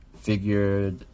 Figured